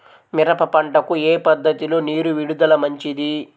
మిరప పంటకు ఏ పద్ధతిలో నీరు విడుదల మంచిది?